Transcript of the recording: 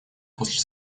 после